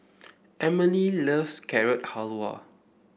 Emely loves Carrot Halwa